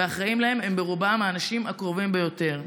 והאחראים לה הם ברובם האנשים הקרובים ביותר.